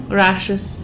rashes